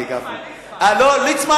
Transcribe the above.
ליצמן.